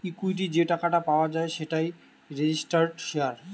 equity যে টাকাটা পাওয়া যায় সেটাই রেজিস্টার্ড শেয়ার